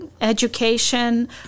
education